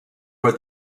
for